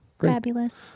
Fabulous